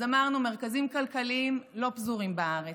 אז אמרנו: המרכזים הכלכליים לא פזורים בארץ,